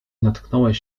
natknąłeś